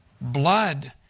blood